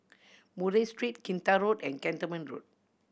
Murray Street Kinta Road and Cantonment Road